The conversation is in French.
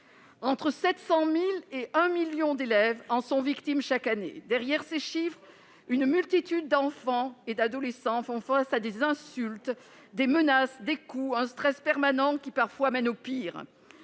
Entre 700 000 et 1 million d'élèves en sont victimes chaque année. Derrière ces chiffres, une multitude d'enfants et d'adolescents font face à des insultes, des menaces, des coups, à un stress permanent, qui, parfois, mène au pire.